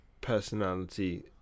personality